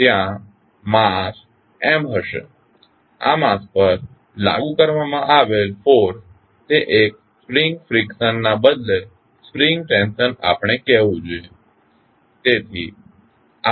ત્યાં mass M હશે આ માસ પર લાગુ કરવામાં આવેલ ફોર્સ તે એક સ્પ્રિંગ ફ્રીકશન ના બદલે સ્પ્રિંગ ટેન્શન આપણે કહેવું જોઈએ